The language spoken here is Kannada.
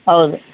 ಹೌದು